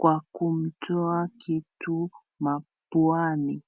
kwa kumtoa kitu mapuani.